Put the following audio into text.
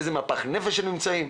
באיזה מפח נפש הם נמצאים?